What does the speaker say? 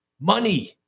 Money